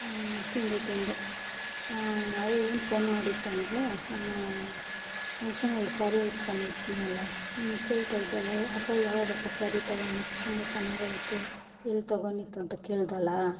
ತಿಂಡಿ ತಿಂದೆ ಅದೇ ಏನು ಫೋನ್ ಮಾಡಿದ್ದೆಂದ್ರೆ ನಾನು ಫಂಕ್ಷನಲ್ಲಿ ಸಾರಿ ಉಟ್ಕೊಂಡಿದ್ದೆನಲ್ಲ ನೀನು ಕೇಳ್ತಾಯಿದ್ದೆ ಅಲ್ಲ ಅಕ್ಕ ಯಾವಾಗಕ್ಕ ಸಾರಿ ತಗೊಂಡಿದ್ದು ತುಂಬ ಚೆನ್ನಾಗೈತೆ ಎಲ್ಲಿ ತಗೊಂಡಿದ್ದು ಅಂತ ಕೇಳ್ದಲ್ಲ